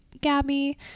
Gabby